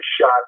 shot